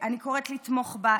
אני קוראת לתמוך בה.